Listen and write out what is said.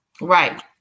right